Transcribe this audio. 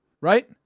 Right